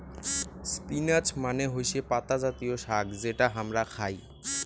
spinach মানে হৈসে পাতা জাতীয় শাক যেটা হামরা খাই